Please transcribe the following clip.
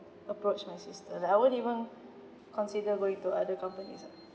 approach my sister like I won't even consider going to other companies ah